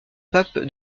pape